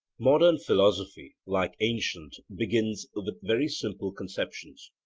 modern philosophy, like ancient, begins with very simple conceptions.